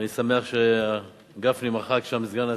אני שמח שגפני מחק שם את סגן השר,